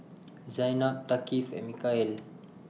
Zaynab Thaqif and Mikhail